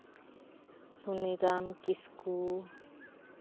Suniram Kisku